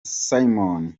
simon